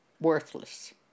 worthless